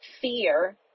fear